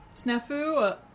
snafu